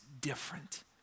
different